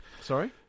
Sorry